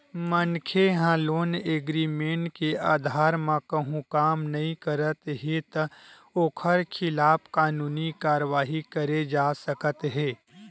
मनखे ह loan agreement के अधार म कहूँ काम नइ करत हे त ओखर खिलाफ कानूनी कारवाही करे जा सकत हे